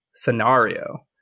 scenario